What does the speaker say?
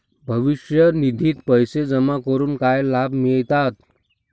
भविष्य निधित पैसे जमा करून काय लाभ मिळतात?